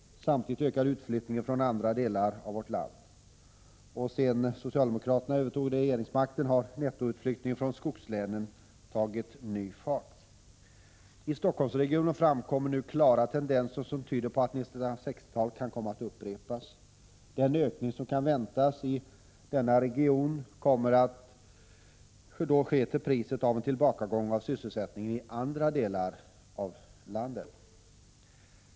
Samtidigt ökar utflyttningen från andra delar av vårt land. Sedan socialdemokraterna övertog regeringsmakten har nettoutflyttningen från skogslänen tagit ny fart. I Stockholmsregionen framkommer nu klara tendenser som tyder på att misstagen från 1960-talet kan komma att upprepas. Den ökning som kan väntas i denna region kommer då att ske till priset av en tillbakagång av sysselsättningen i andra delar av landet.